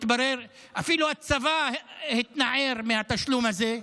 מתברר, אפילו הצבא התנער מהתשלום הזה,